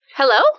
Hello